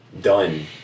Done